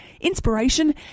inspiration